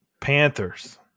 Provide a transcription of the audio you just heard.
Panthers